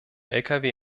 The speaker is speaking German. lkw